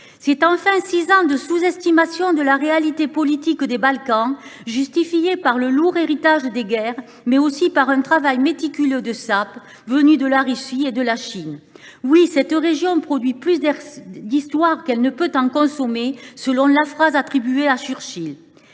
Ce sont enfin six ans de sous estimation de la réalité politique des Balkans, justifiée par le lourd héritage des guerres, mais aussi par un méticuleux travail de sape de la Russie et de la Chine. Oui, cette région produit plus d’histoire qu’elle n’en peut consommer, pour reprendre les propos attribués à Churchill.